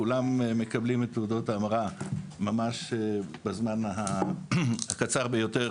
כולם מקבלים את תעודות ההמרה ממש בזמן הקצר ביותר